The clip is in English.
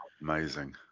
amazing